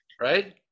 right